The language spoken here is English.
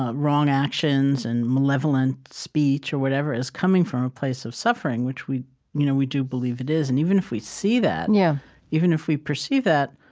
ah wrong actions and malevolent speech or whatever is coming from a place of suffering, which we you know we do believe it is, and even if we see that, yeah even if we perceive that,